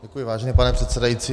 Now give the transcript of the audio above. Děkuji, vážený pane předsedající.